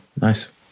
Nice